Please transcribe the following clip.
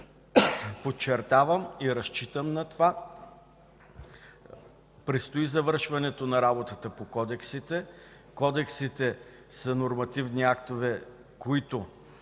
Подчертавам и разчитам на това – предстои завършването на работата по кодексите. Кодексите са нормативни актове, които